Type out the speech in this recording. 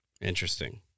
Interesting